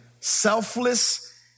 Selfless